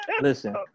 Listen